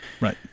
Right